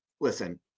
listen